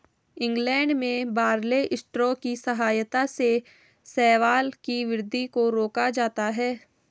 England में barley straw की सहायता से शैवाल की वृद्धि को रोका जाता है